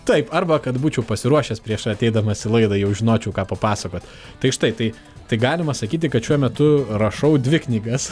taip arba kad būčiau pasiruošęs prieš ateidamas į laidą jau žinočiau ką papasakot tai štai tai tai galima sakyti kad šiuo metu rašau dvi knygas